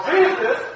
Jesus